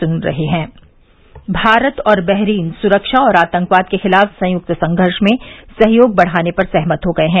मारत Bahrain Bharat और Bahrain सुख्वा और आतंकवाद के खिलाफ संयुक्त संघर्ष में सहयोग बढ़ाने पर सहमत हो गये हैं